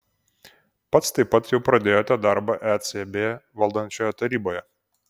pats taip pat jau pradėjote darbą ecb valdančioje taryboje